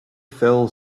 fell